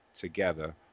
together